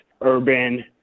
urban